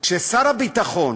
כששר הביטחון